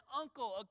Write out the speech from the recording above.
uncle